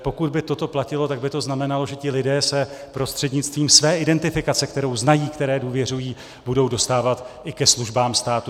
Pokud by toto platilo, tak by to znamenalo, že se ti lidé prostřednictvím své identifikace, kterou znají, které důvěřují, budou dostávat i ke službám státu.